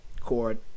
chord